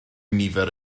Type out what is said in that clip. nifer